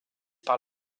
par